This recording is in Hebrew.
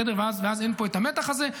ואז אין פה את המתח הזה.